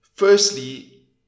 Firstly